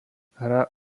hra